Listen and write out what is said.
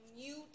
new